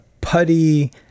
putty